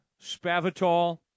Spavital